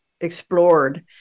explored